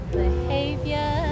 behavior